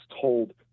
told